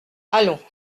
allons